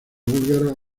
búlgara